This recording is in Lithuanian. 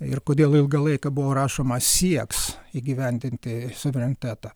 ir kodėl ilgą laiką buvo rašoma sieks įgyvendinti suverenitetą